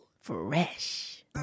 Fresh